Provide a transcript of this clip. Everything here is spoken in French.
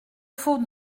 faut